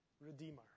Redeemer